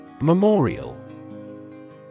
Memorial